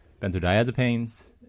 benzodiazepines